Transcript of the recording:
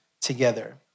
together